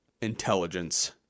intelligence